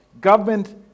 government